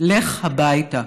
לך הביתה.